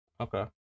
Okay